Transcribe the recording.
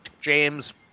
James